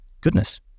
Goodness